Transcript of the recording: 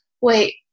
wait